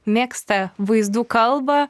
mėgsta vaizdų kalbą